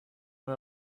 and